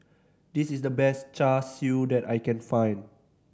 this is the best Char Siu that I can find